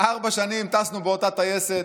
ארבע שנים טסנו באותו טייסת,